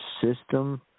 system